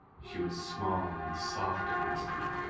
she was small and soft against me.